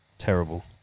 Terrible